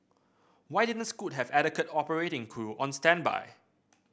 why didn't Scoot have adequate operating crew on standby